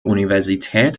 universität